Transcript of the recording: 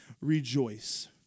rejoice